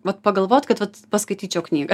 vat pagalvot kad vat paskaityčiau knygą